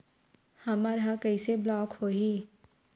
हमर ह कइसे ब्लॉक होही?